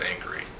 angry